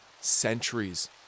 centuries